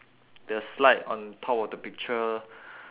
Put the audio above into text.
the slide on top of the picture